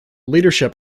leadership